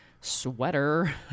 sweater